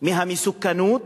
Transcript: מהמסוכנות